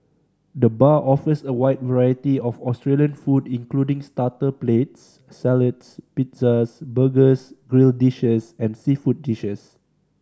the bar offers a wide variety of Australian food including starter plates salads pizzas burgers grill dishes and seafood dishes